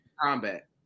combat